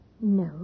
No